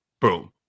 Boom